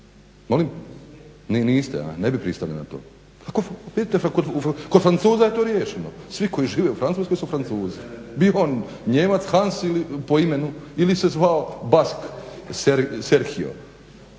… Niste, ne bi pristali na to. Vidite kod Francuza je to riješeno. Svi koji žive u Francuskoj su Francuzi bio on Nijemac Hans po imenu ili se zvao Bask Serkio.